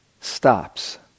stops